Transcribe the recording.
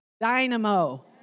dynamo